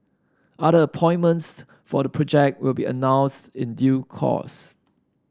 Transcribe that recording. other appointments for the project will be announced in due course